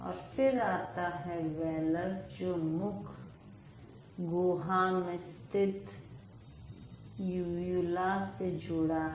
और फिर आता है वीलर् जो मुख गुहा में स्थित युव्युला से जुड़ा है